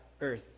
earth